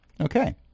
Okay